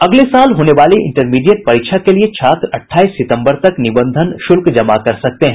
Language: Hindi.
अगले साल होने वाली इंटरमीडिएट परीक्षा के लिये छात्र अट्ठाईस सितंबर तक निबंधन शुल्क जमा कर सकते हैं